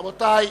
רבותי.